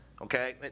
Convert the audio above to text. Okay